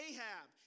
Ahab